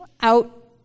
out